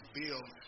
build